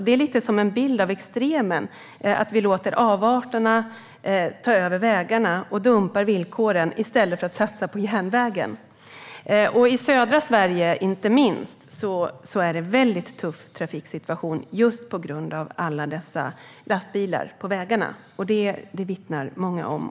Det är lite som en bild av extremen att vi i stället för att satsa på järnvägen låter avarterna ta över vägarna och dumpa villkoren. I södra Sverige, inte minst, är trafiksituationen väldigt tuff just på grund av alla dessa lastbilar på vägarna. Det vittnar många om.